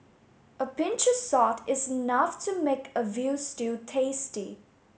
a pinch of salt is enough to make a veal stew tasty